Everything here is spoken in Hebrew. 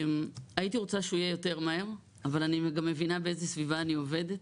הייתי רוצה שהוא יהיה יותר מהר אבל אני גם מבינה באיזו סביבה אני עובדת,